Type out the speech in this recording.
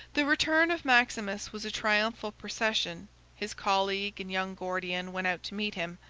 the return of maximus was a triumphal procession his colleague and young gordian went out to meet him,